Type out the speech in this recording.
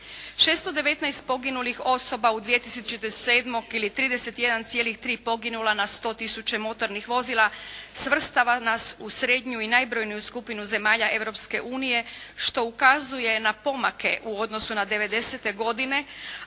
619 poginulih osoba u 2007. ili 31,3 poginula na 100 tisuća motornih vozila, svrstava nas u srednju i najbrojniju skupinu zemalja Europske unije što ukazuje na pomake u odnosu na 90-te godine.